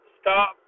stop